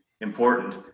important